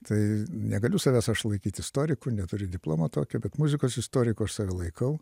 tai negaliu savęs aš laikyt istoriku neturiu diplomo tokio bet muzikos istoriku aš save laikau